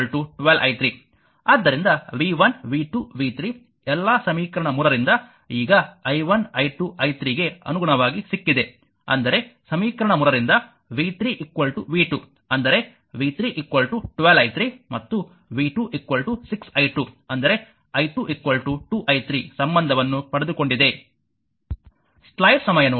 ಆದ್ದರಿಂದ v 1 v 2 v 3 ಎಲ್ಲಾ ಸಮೀಕರಣ 3 ರಿಂದ ಈಗ i1 i2 i 3ಗೆ ಅನುಗುಣವಾಗಿ ಸಿಕ್ಕಿದೆ ಅಂದರೆ ಸಮೀಕರಣ 3 ರಿಂದ v 3 v 2 ಅಂದರೆ v 3 12i3 ಮತ್ತು v 2 6 i2 ಅಂದರೆ i2 2i3 ಸಂಬಂಧವನ್ನು ಪಡೆದುಕೊಂಡಿದೆ